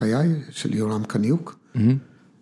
‫היה של יורם קניוק.